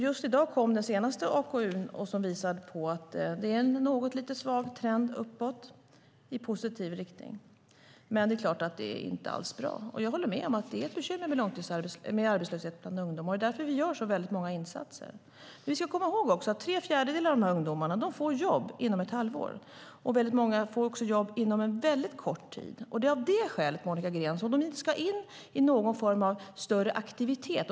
Just i dag kom den senaste AKU:n, som visar en liten svag trend uppåt i positiv riktning. Men det är klart att det inte alls är bra, och jag håller med om att arbetslösheten bland ungdomar är ett bekymmer. Det är därför vi gör så många insatser. Vi ska komma ihåg att tre fjärdedelar av dessa ungdomar får jobb inom ett halvår. Många får också jobb inom väldigt kort tid. Det är av detta skäl, Monica Green, som de inte ska in i någon form av större aktivitet.